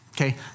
okay